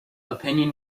opinion